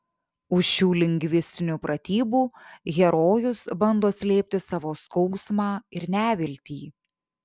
už šių lingvistinių pratybų herojus bando slėpti savo skausmą ir neviltį